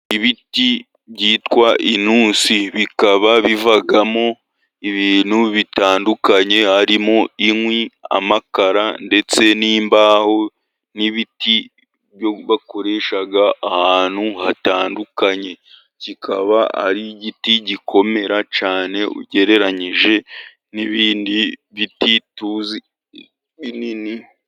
Ibiti byitwa intusi. Bikaba bivamo ibintu bitandukanye harimo inkwi, amakara, ndetse n'imbaho. Ni ibiti byo bakoresha ahantu hatandukanye. Kikaba ari igiti gikomera cyane, ugereranyije n'ibindi biti tuzi binini.